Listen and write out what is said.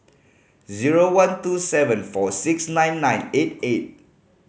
zero one two seven four six nine nine eight eight